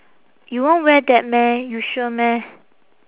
you won't wear that meh you sure meh